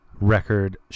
record